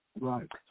Right